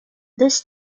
this